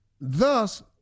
Thus